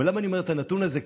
ולמה אני אומר את הנתון הזה?